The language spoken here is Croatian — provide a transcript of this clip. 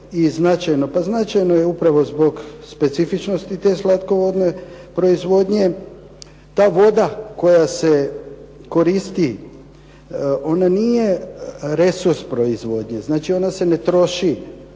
i značajno? Pa značajno je upravo zbog specifičnosti te slatkovodne proizvodnje. Ta voda koja se koristi ona nije resurs proizvodnje. Znači, ona se ne troši